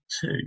two